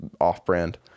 off-brand